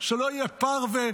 שלא יהיה פרווה,